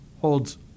holds